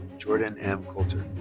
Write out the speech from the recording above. jordyn m. coulter.